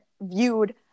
viewed